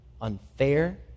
unfair